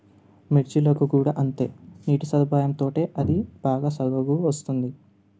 మిర్చీలకు కూడా అంతే నీటి సదుపాయం తోటి అది బాగా సరుగు వస్తుంది